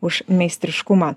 už meistriškumą